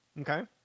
Okay